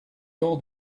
old